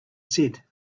said